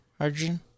hydrogen